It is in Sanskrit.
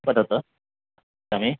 वदतु